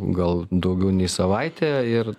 gal daugiau nei savaitę ir